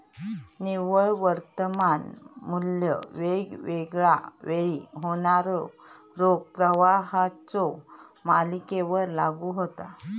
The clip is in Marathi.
निव्वळ वर्तमान मू्ल्य वेगवेगळा वेळी होणाऱ्यो रोख प्रवाहाच्यो मालिकेवर लागू होता